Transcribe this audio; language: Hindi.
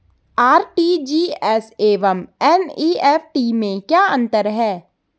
आर.टी.जी.एस एवं एन.ई.एफ.टी में क्या अंतर है?